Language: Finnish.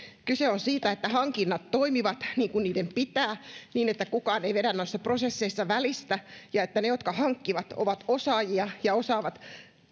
kyse on siitä että hankinnat toimivat niin kuin niiden pitää niin että kukaan ei vedä noissa prosesseissa välistä ja niin että ne jotka hankkivat ovat osaajia ja osaavat